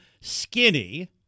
skinny